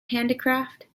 handicraft